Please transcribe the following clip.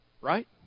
Right